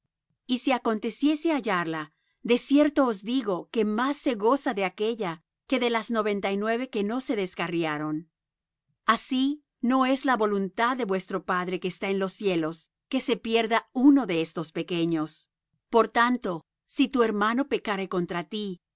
y si aconteciese hallarla de cierto os digo que más se goza de aquélla que de las noventa y nueve que no se descarriaron así no es la voluntad de vuestro padre que está en los cielos que se pierda uno de estos pequeños por tanto si tu hermano pecare contra ti